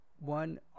One